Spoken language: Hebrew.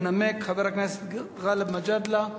ינמק חבר הכנסת גאלב מג'אדלה.